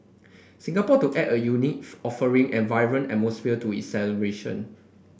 Singapore to add a unique offering and vibrant atmosphere to celebration